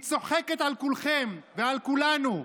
היא צוחקת על כולכם ועל כולנו.